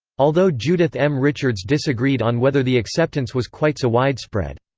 although judith m. richards disagreed on whether the acceptance was quite so widespread.